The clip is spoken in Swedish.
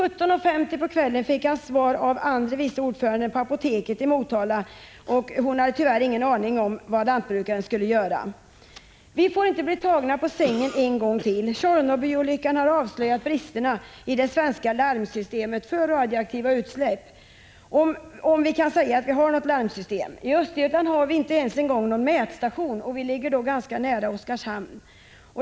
17.50 på kvällen fick han ett svar av andre vice ordföranden på apoteket i Motala. Hon hade tyvärr ingen aning om vad lantbrukaren skulle göra. Vi får inte bli tagna på sängen en gång till. Tjernobylolyckan har avslöjat bristerna i det svenska larmsystemet för radioaktiva utsläpp, om vi kan säga att vi har något larmsystem. I Östergötland har vi inte ens en gång någon mätstation, även om vi ligger ganska nära Oskarshamn.